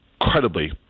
incredibly